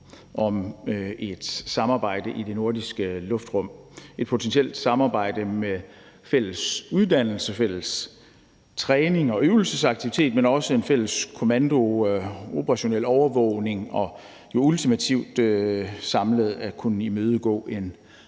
om et samarbejde i det nordiske luftrum, et potentielt samarbejde med fælles uddannelse, fælles træning og øvelsesaktivitet, men også en fælles kommando, operationel overvågning og jo ultimativt samlet at kunne imødegå en